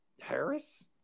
Harris